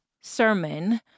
sermon